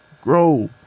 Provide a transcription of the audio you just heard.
Grow